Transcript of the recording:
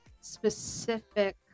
specific